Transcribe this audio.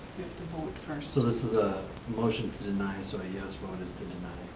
to vote, first. so this is a motion to deny. so a yes vote is to deny,